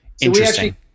Interesting